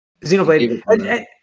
Xenoblade